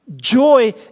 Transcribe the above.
joy